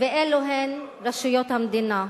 ואלו הן רשויות המדינה,